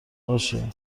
باشه